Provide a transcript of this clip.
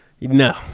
No